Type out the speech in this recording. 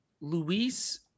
Luis